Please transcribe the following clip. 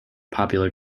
popular